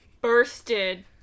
bursted